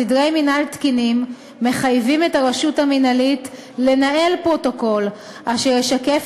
סדרי מינהל תקינים מחייבים את הרשות המינהלית לנהל פרוטוקול אשר ישקף